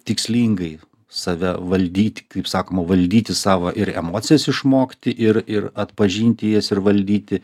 tikslingai save valdyti kaip sakoma valdyti savo ir emocijas išmokti ir ir atpažinti jas ir valdyti